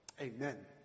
Amen